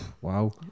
wow